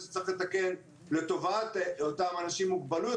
שצריך לתקן לטובת אותם אנשים עם מוגבלות,